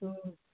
ꯎꯝ